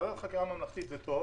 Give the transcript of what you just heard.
ועדת חקירה ממלכתית זה טוב